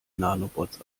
nanobots